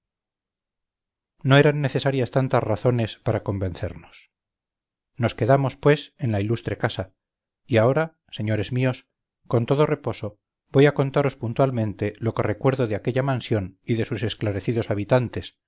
no eran necesarias tantas razones para convencernos nos quedamos pues en la ilustre casa y ahora señores míos con todo reposo voy a contaros puntualmente lo que recuerdo de aquella mansión y de sus esclarecidos habitantes